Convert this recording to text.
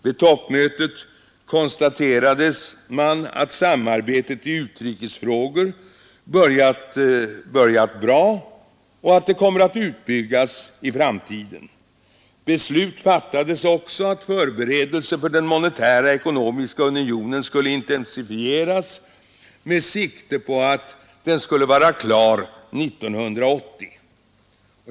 Vid toppmötet konstaterade man att samarbetet i utrikesfrågor börjat bra och att det kommer att utbyggas i framtiden. Beslut fattades också om att förberedelserna för den monetära ekonomiska unionen skulle intensifieras med sikte på att den skulle vara klar 1980.